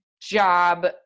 job